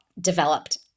developed